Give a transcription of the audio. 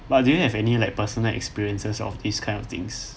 but do you have any like personal experiences of these kinds of things